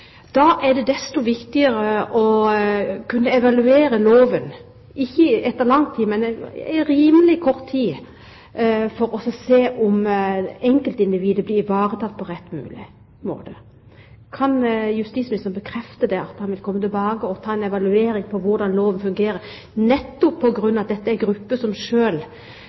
Da er det desto viktigere å kunne evaluere loven – ikke etter lang tid, men etter rimelig kort tid, for å se om enkeltindividet blir ivaretatt på rettest mulig måte. Kan justisministeren bekrefte at han vil komme tilbake med en evaluering av hvordan loven fungerer, nettopp på grunn av at dette er en gruppe som